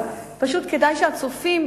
אז פשוט כדאי שהצופים,